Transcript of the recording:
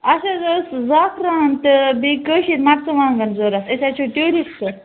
اَسہِ حظ اوس زیفران تہٕ بیٚیہ کٲشِرۍ مرژٕوانٛگن ضرورَت أسۍ حظ چھِ ٹیوٗرسٹ